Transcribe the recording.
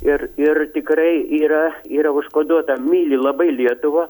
ir ir tikrai yra yra užkoduota myli labai lietuvą